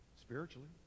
spiritually